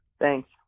thanks